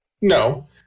no